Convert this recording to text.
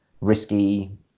risky